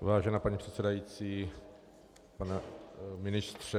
Vážená paní předsedající, pane ministře.